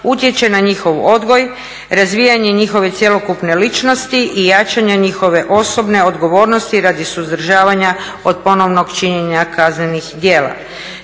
utječe na njihov odgoj, razvijanje njihove cjelokupne ličnosti i jačanja njihove osobne odgovornosti radi suzdržavanja od ponovnog činjenja kaznenih djela.